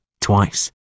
twice